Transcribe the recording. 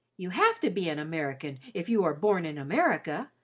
you have to be an american if you are born in america.